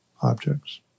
objects